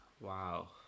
Wow